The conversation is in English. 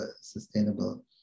sustainable